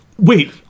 wait